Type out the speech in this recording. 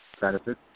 benefit